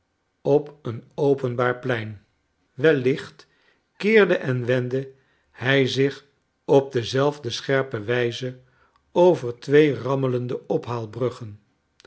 op een openbaar plein wellicht keerde en wenddehij zich op dezelfde scherpe wijze over twee rammelende